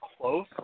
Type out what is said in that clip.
close